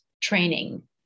training